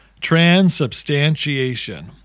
transubstantiation